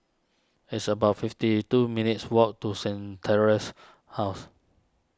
it's about fifty two minutes' walk to Saint theresa's House